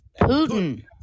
Putin